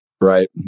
Right